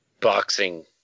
boxing